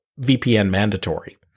VPN-mandatory